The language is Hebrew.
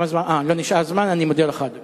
אני מודה לך, אדוני.